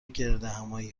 گردهمآیی